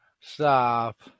Stop